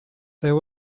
there